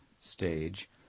stage